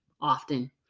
often